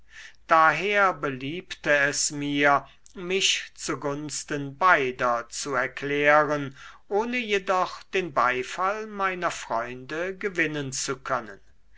daher beliebte es mir mich zu gunsten beider zu erklären ohne jedoch den beifall meiner freunde gewinnen zu können